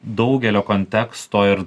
daugelio konteksto ir